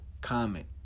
Comment